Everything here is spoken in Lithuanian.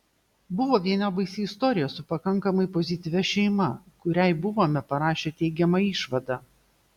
buvo viena baisi istorija su pakankamai pozityvia šeima kuriai buvome parašę teigiamą išvadą